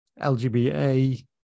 LGBA